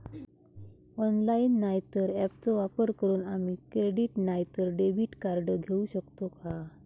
Online नाय तर ऍपचो वापर करून आम्ही क्रेडिट नाय तर डेबिट कार्ड घेऊ शकतो का?